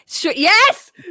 yes